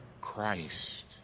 Christ